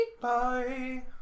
Bye